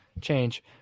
change